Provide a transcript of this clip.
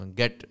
get